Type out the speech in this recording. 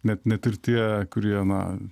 net net ir tie kurie na